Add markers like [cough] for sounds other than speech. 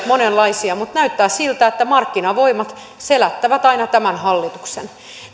[unintelligible] monenlaisia mutta näyttää siltä että markkinavoimat selättävät aina tämän hallituksen